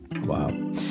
wow